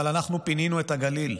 אבל אנחנו פינינו את הגליל.